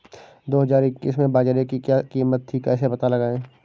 दो हज़ार इक्कीस में बाजरे की क्या कीमत थी कैसे पता लगाएँ?